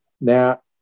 Now